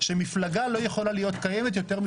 ליברמן